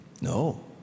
No